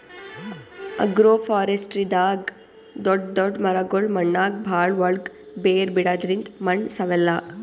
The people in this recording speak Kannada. ಅಗ್ರೋಫಾರೆಸ್ಟ್ರಿದಾಗ್ ದೊಡ್ಡ್ ದೊಡ್ಡ್ ಮರಗೊಳ್ ಮಣ್ಣಾಗ್ ಭಾಳ್ ಒಳ್ಗ್ ಬೇರ್ ಬಿಡದ್ರಿಂದ್ ಮಣ್ಣ್ ಸವೆಲ್ಲಾ